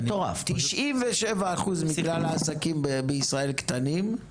97% מכלל העסקים בישראל הם קטנים,